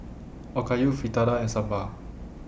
Okayu Fritada and Sambar